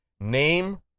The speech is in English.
Name